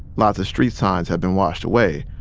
lots of street signs had been washed away,